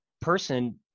person